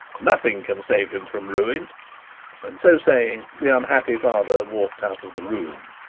nothing can save him from ruin and so saying, the unhappy father walked out of the room.